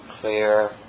clear